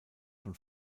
von